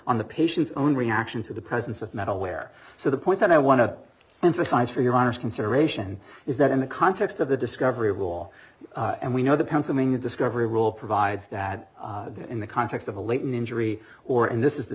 on the patient's own reaction to the presence of metal wire so the point that i want to emphasize for your honour's consideration is that in the context of the discovery wall and we know the pennsylvania discovery rule provides that in the context of a latent injury or in this is the